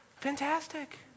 fantastic